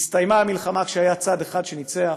הסתיימה המלחמה כשהיה צד אחד שניצח,